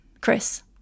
Chris